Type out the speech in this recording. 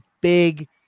big